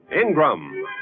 INGRAM